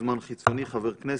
מוזמן חיצוני-חבר כנסת.